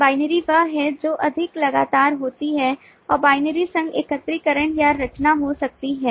binary वह है जो अधिक लगातार होती है और binary संघ एकत्रीकरण या रचना हो सकती है